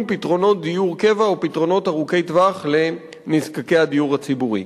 פתרונות דיור קבע ופתרונות ארוכי טווח לנזקקי הדיור הציבורי.